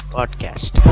Podcast